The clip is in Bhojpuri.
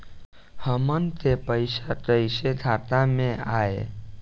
हमन के पईसा कइसे खाता में आय?